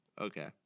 Okay